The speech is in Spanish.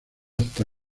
hasta